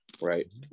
right